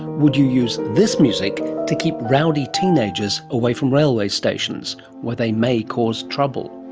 would you use this music to keep rowdy teenagers away from railway stations where they may cause trouble?